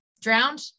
Drowned